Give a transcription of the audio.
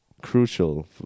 crucial